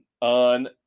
on